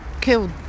killed